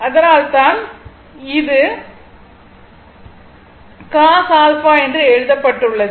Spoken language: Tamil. அதனால்தான் இது cos என்று எழுதப்பட்டுள்ளது